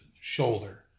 shoulder